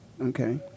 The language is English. Okay